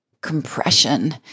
compression